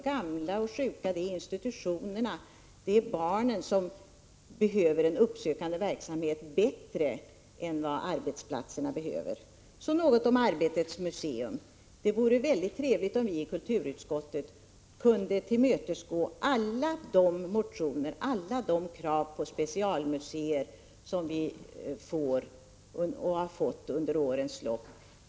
Gamla och sjuka, institutionerna och barnen behöver en uppsökande verksamhet bättre än vad arbetsplatserna gör. Så något om Arbetets museum. Det vore väldigt trevligt om vi i kulturutskottet kunde tillmötesgå alla de krav på specialmuseer som vi får och har fått under årens lopp.